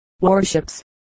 warships